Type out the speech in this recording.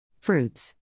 Fruits